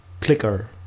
clicker